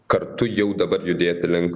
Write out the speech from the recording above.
kartu jau dabar judėti link